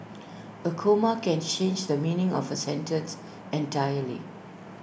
A comma can change the meaning of A sentence entirely